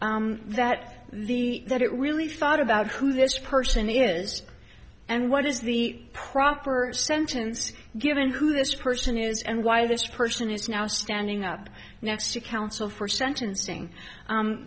that the that it really thought about who this person is and what is the proper sentence given who this person is and why this person is now standing up next to counsel for sentenc